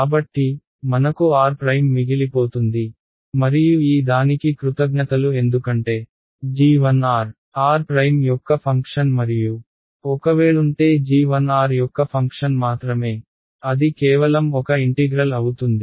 కాబట్టి మనకు r మిగిలిపోతుంది మరియు ఈ దానికి కృతజ్ఞతలు ఎందుకంటే g1 r r యొక్క ఫంక్షన్ మరియు ఒకవేళఉంటే g1 r యొక్క ఫంక్షన్ మాత్రమే అది కేవలం ఒక ఇంటిగ్రల్ అవుతుంది